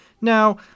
Now